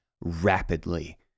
rapidly